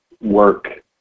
work